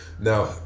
Now